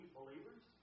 believers